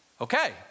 okay